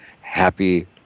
Happy